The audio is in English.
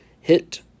hit